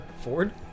Ford